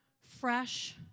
fresh